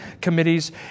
committees